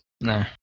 no